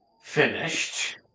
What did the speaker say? finished